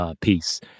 piece